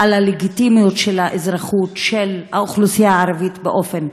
על הלגיטימיות של האזרחות של האוכלוסייה הערבית באופן